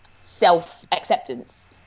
self-acceptance